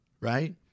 Right